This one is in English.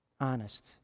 Honest